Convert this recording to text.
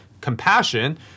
compassion